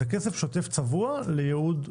זה כסף שוטף צבוע לייעוד מסוים.